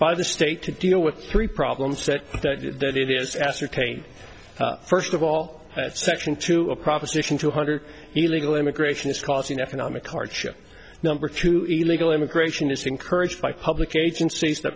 by the state to deal with three problems that that it is ascertained first of all that section two a proposition two hundred illegal immigration is causing economic hardship number two illegal immigration is encouraged by public agencies t